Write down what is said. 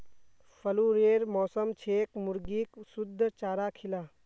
फ्लूरेर मौसम छेक मुर्गीक शुद्ध चारा खिला